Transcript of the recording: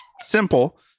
simple